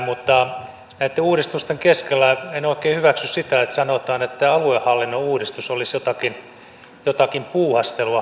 mutta näitten uudistusten keskellä en oikein hyväksy sitä että sanotaan että aluehallinnon uudistus olisi jotakin puuhastelua